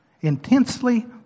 Intensely